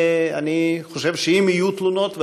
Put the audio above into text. אני חושב שאם יהיו תלונות,